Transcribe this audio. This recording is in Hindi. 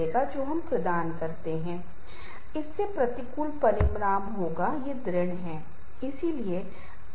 लेकिन हम उस बात को कभी नहीं भूलते हैं जिसमें हमने आप में से बहुतों को प्यार और स्नेह और रुचि के बारे में जाना था